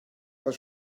oes